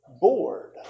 bored